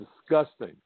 disgusting